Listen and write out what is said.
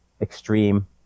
extreme